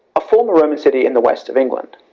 a former roman city in the west of england